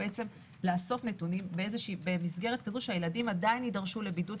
לאסוף נתונים במסגרת כזו שהילדים עדיין יידרשו לבידוד.